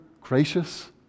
gracious